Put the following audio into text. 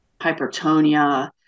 hypertonia